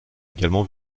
également